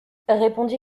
répondit